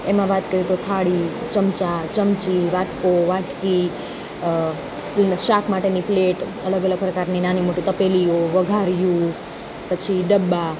એમાં વાત કરીએ તો થાળી ચમચા ચમચી વાટકો વાટકી શાક માટેની પ્લેટ અલગ અલગ પ્રકારની નાની મોટી તપેલીઓ વઘારિયું પછી ડબ્બા